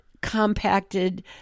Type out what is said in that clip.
compacted